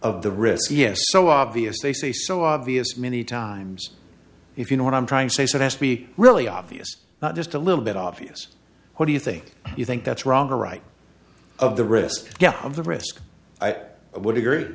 of the risk yes so obvious they say so obvious many times if you know what i'm trying to say so that's be really obvious not just a little bit obvious what do you think you think that's wrong or right of the risk of the risk i would agree